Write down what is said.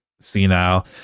senile